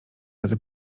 razy